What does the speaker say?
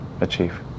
achieve